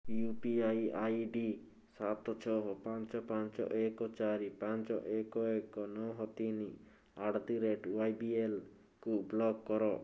you P I I D ସାତ ଛଅ ପାଞ୍ଚ ପାଞ୍ଚ ଏକ ଚାରି ପାଞ୍ଚ ଏକ ଏକ ନଅ ତିନି ଆଟ ଦି ରେଟ ୱାବିଲେକୁ ବ୍ଲକ୍ କର